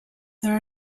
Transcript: there